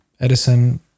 Edison